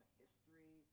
history